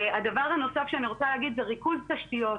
הדבר הנוסף שאני רוצה להגיד הוא ריכוז תשתיות.